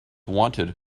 wanted